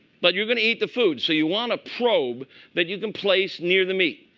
but you're going to eat the food. so you want a probe that you can place near the meat.